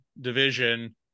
division